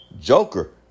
Joker